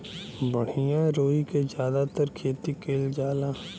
बढ़िया रुई क जादातर खेती कईल जाला